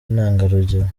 intangarugero